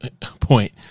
point